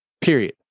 period